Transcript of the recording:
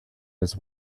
his